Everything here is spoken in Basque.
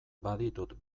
baditut